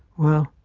well,